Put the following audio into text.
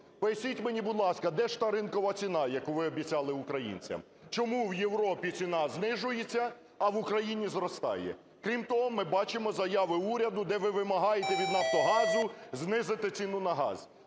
Поясніть мені, будь ласка, де ж та ринкова ціна, яку ви обіцяли українцям? Чому в Європі ціна знижується, а в Україні зростає? Крім того, ми бачимо заяви уряду, де ви вимагаєте від "Нафтогазу" знизити ціну на газ.